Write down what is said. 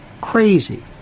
crazy